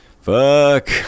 fuck